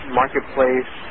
marketplace